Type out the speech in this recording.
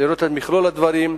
לראות את מכלול הדברים,